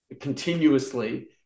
continuously